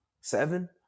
Seven